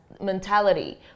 mentality